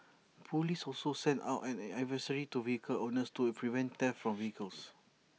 Police also sent out an advisory to vehicle owners to prevent theft from vehicles